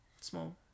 Small